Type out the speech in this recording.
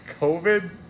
COVID